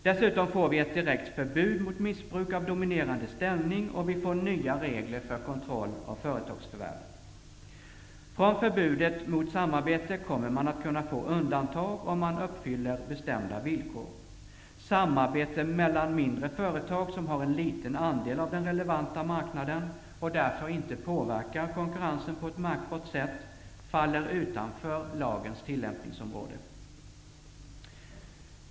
Dessutom får vi ett direkt förbud mot missbruk av dominerande ställning, och vi får nya regler för kontroll av företagsförvärv. Från förbudet mot samarbete kommer man att kunna få undantag, om bestämda villkor uppfylls. Samarbete mellan mindre företag, som har en liten andel av den relevanta marknaden och därför inte påverkar konkurrensen på ett märkbart sätt, faller utanför lagens tillämpningsområde.